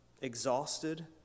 exhausted